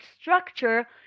structure